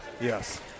Yes